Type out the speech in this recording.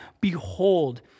Behold